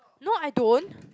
no I don't